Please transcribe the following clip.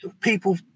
people